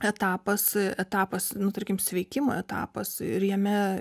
etapas etapas nu tarkim sveikimo etapas ir jame